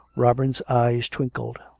robin's eyes twinkled.